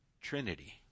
Trinity